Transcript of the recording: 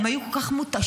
הם היו כל כך מותשים,